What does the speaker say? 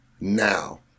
now